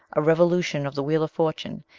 a revolution of the wheel of fortune,